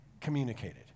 communicated